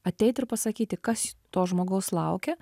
ateit ir pasakyti kas to žmogaus laukia